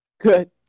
good